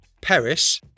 Paris